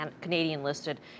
Canadian-listed